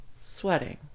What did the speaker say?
sweating